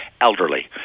elderly